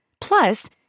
Plus